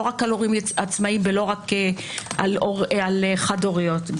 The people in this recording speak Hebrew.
לא רק על הורים עצמאים ולא רק על אימהות חד הוריות.